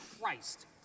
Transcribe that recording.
Christ